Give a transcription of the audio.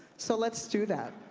so let's do that.